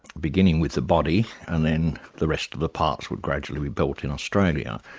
beginning with the body, and then the rest of the parts would gradually built in australia.